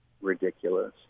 ridiculous